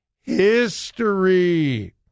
history